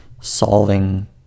solving